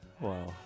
Wow